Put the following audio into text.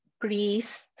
priest